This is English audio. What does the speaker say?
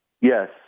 yes